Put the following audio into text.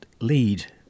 lead